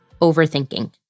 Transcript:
overthinking